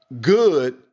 good